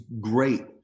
great